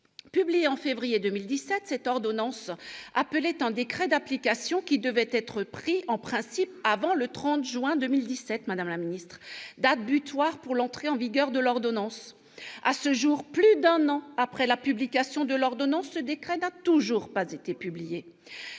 Publiée en février 2017, cette ordonnance appelait un décret d'application, qui devait être pris en principe avant le 30 juin 2017, madame la ministre, date butoir pour l'entrée en vigueur de l'ordonnance. À ce jour, plus d'un an après la publication de l'ordonnance, ce décret n'a toujours pas été publié